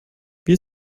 wie